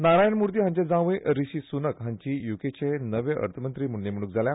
नारायण मुर्ती हांचे जांवय रीशी सुनक हांची युकेचे नवे अर्थमंत्री म्हण नेमणूक जाल्या